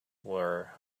were